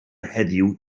heddiw